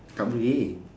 tak boleh